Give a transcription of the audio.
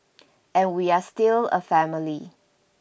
and we are still a family